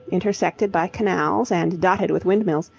intersected by canals and dotted with windmills,